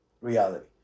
reality